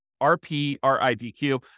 R-P-R-I-D-Q